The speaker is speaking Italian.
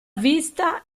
vista